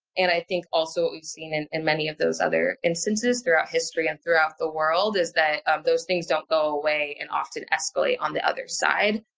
and i think also what we've seen in, in many of those other instances throughout history and throughout the world is that those things don't go away and often escalate on the other side.